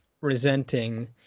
resenting